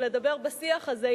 ולדבר בשיח הזה,